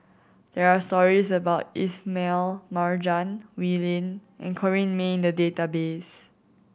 there are stories about Ismail Marjan Wee Lin and Corrinne May in the database